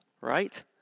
Right